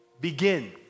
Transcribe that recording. begin